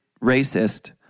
racist